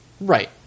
Right